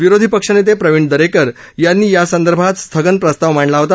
विरोधी पक्षनेते प्रवीण दरेकर यांनी या संदर्भात स्थगन प्रस्ताव मांडला होता